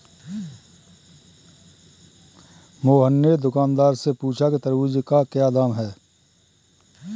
मोहन ने दुकानदार से पूछा कि तरबूज़ का क्या दाम है?